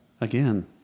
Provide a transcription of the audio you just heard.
again